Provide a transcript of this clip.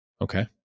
Okay